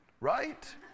Right